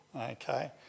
okay